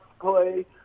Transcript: play